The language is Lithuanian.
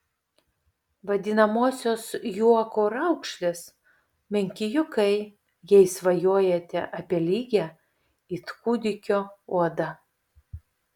vadinamosios juoko raukšlės menki juokai jei svajojate apie lygią it kūdikio odą